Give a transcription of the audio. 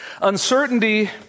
Uncertainty